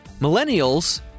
Millennials